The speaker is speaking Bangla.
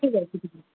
ঠিক আছে